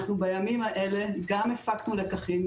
בימים האלה גם הפקנו לקחים,